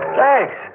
thanks